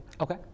Okay